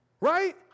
right